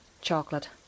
chocolate